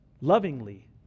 lovingly